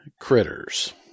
critters